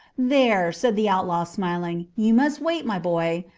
there, said the outlaw, smiling you must wait, my boy.